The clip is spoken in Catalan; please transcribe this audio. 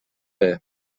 fer